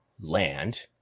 land